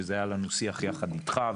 שזה היה לנו שיח יחד איתך.